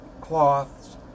cloths